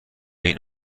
این